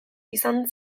izan